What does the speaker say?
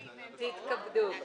תתכבדו.